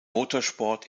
motorsport